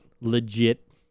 Legit